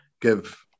give